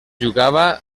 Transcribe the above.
jugava